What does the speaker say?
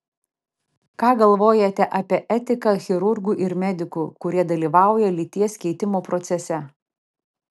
ką galvojate apie etiką chirurgų ir medikų kurie dalyvauja lyties keitimo procese